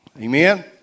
Amen